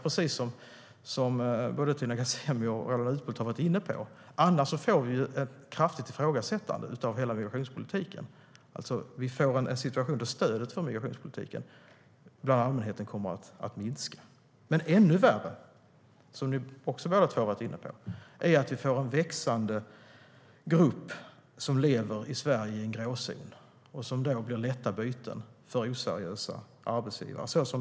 Precis som Tina Ghasemi och Roland Utbult har varit inne på får vi annars ett kraftigt ifrågasättande av hela migrationspolitiken. Vi får en situation där stödet för migrationspolitiken bland allmänheten kommer att minska. Ännu värre är, vilket båda två också har varit inne på, att vi får en växande grupp som lever i Sverige i en gråzon och blir lätta byten för oseriösa arbetsgivare.